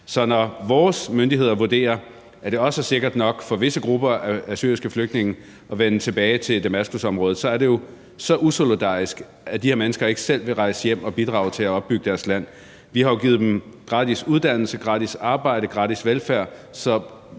Så når vores myndigheder vurderer, at det også er sikkert nok for visse grupper af syriske flygtninge at vende tilbage til Damaskusområdet, er det jo så usolidarisk af de her mennesker, at de ikke selv vil rejse hjem og bidrage til at opbygge deres land. Vi har jo givet dem gratis uddannelse, arbejde, gratis velfærd, så